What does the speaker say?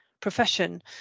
profession